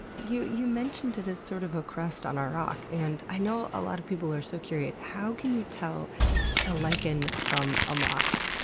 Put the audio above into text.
you you mentioned it as sort of a crust on a rock, and i know a lot of people are so curious how can you tell a lichen from a moss?